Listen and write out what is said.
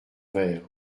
verre